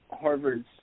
Harvard's